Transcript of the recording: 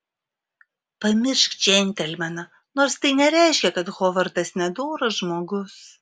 pamiršk džentelmeną nors tai nereiškia kad hovardas nedoras žmogus